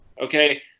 Okay